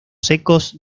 secos